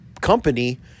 company